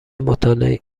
مطالعه